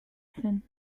fin